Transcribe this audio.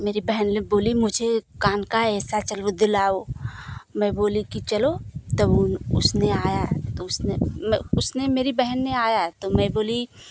मेरी बहन ने बोली मुझे कान का ऐसा चलो दिलाओ मैं बोली कि चलो त उसने आया उसने मेरी बहन ने आया है तो मैं बोली